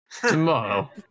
Tomorrow